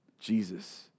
Jesus